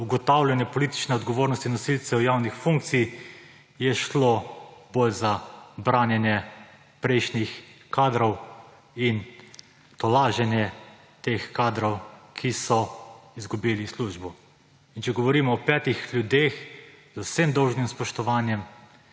ugotavljanju politične odgovornosti nosilcev javnih funkcij, je šlo bolj za branjenje prejšnjih kadrov in tolaženje teh kadrov, ki so izgubili službo. In če govorimo o petih ljudeh, z vsem dolžnim spoštovanjem,